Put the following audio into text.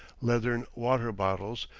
leathern water-bottles,